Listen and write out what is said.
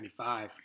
1995